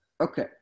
Okay